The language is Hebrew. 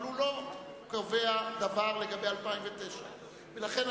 אבל הוא לא קובע דבר לגבי 2009. לכן,